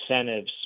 incentives